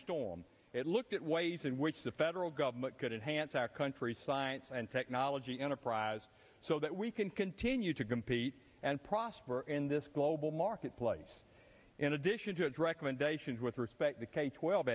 storm it looked at ways in which the federal government could enhance our country's science and technology enterprise so that we can continue to grow and prosper in this global marketplace in addition to a direct mandation with respect to k twelve